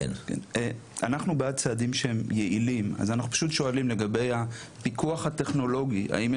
כנראה שאלפים עוד ימותו מנגיף הקורונה בישראל כמו שהם